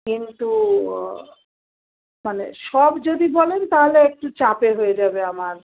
কিন্তু মানে সব যদি বলেন তাহলে একটু চাপের হয়ে যাবে আমার